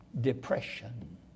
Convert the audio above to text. Depression